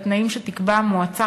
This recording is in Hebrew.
בתנאים שתקבע המועצה,